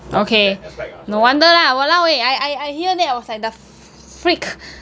okay no wonder lah !walao! eh I I hear that I was like the f~ freak